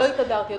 לא התהדרתי.